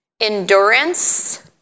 endurance